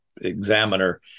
examiner